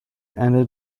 ended